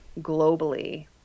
globally